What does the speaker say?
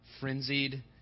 frenzied